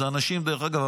דרך אגב,